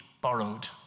borrowed